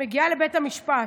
מגיעה לבית המשפט